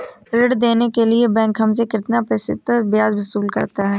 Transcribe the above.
ऋण देने के लिए बैंक हमसे कितना प्रतिशत ब्याज वसूल करता है?